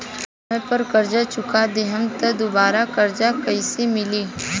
समय पर कर्जा चुका दहम त दुबाराकर्जा कइसे मिली?